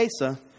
Asa